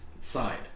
side